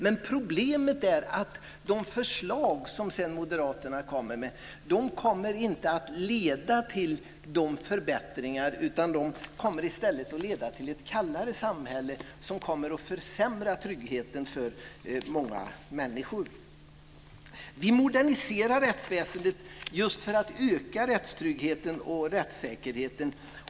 Men problemet är att de förslag som moderaterna sedan kommer med inte kommer att leda till förbättringar utan i stället kommer att leda till ett kallare samhälle som kommer att försämra tryggheten för många människor. Vi moderniserar rättsväsendet just för att öka rättstryggheten och rättssäkerheten.